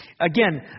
Again